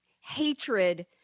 hatred